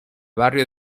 barrio